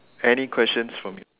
any questions for me